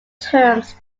terms